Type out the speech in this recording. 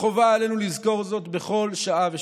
וחובה עלינו לזכור זאת בכל שעה ושעה.